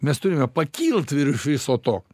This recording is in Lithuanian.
mes turime pakilt virš viso to